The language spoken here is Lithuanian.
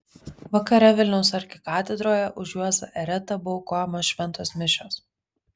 vakare vilniaus arkikatedroje už juozą eretą buvo aukojamos šventos mišios